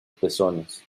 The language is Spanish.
pezones